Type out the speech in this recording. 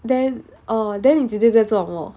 then oh then 你姐姐在做什么